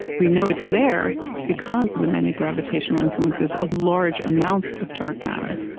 we know it's there because of the many gravitational influences of large amounts of dark matter,